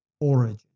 origin